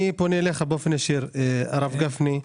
אני פונה אליך ישירות הרב גפני,